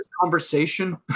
conversation